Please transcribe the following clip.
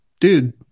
dude